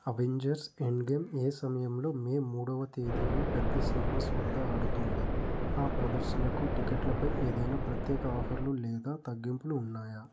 Avengers Endgame ఏ సమయంలో May మూడవ తేదీలో పెద్ద సినిమాస్ వద్ద ఆడుతోంది ఆ ప్రదర్శనకు టికెట్లపై ఏదైనా ప్రత్యేక ఆఫర్లు లేదా తగ్గింపులు ఉన్నాయా